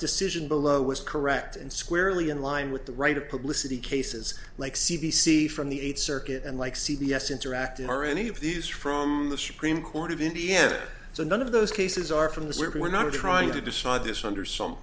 decision below was correct and squarely in line with the right of publicity cases like c b c from the eighth circuit and like c b s interactive or any of these from the supreme court of indiana so none of those cases are from this we're not trying to decide this under some